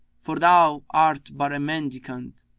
for thou art but a mendicant.